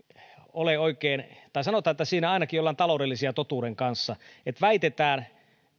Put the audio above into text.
ole oikein tai sanotaan että siinä ainakin ollaan taloudellisia totuuden kanssa on se että väitetään että